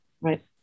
Right